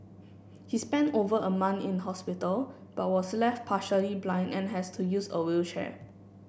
he spent over a month in hospital but was left partially blind and has to use a wheelchair